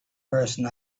person